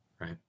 right